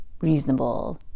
reasonable